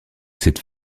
cette